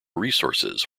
resources